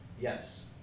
Yes